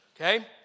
okay